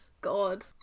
god